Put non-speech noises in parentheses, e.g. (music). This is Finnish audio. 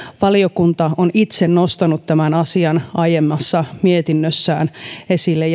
valiokunta on itse nostanut tämän asian aiemmassa mietinnössään esille (unintelligible)